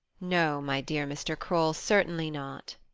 no, my dear mr. kroll, certainly not.